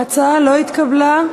ההצעה לא התקבלה.